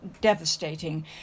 devastating